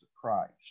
Christ